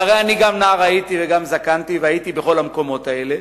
והרי נער הייתי וגם זקנתי והייתי בכל המקומות האלה,